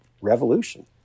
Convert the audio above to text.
Revolution